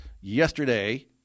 yesterday